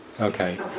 okay